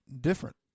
different